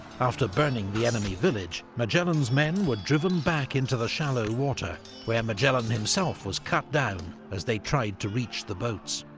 after burning the enemy village, magellan's men were driven back into the shallow water where magellan himself was cut down as they tried to reach the boats.